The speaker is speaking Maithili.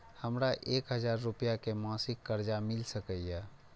हमरा एक हजार रुपया के मासिक कर्जा मिल सकैये?